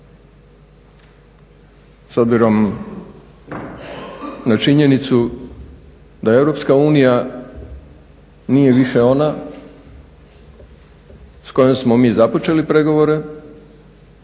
s obzirom na činjenicu da Europska unija nije više ona s kojom smo mi započeli pregovore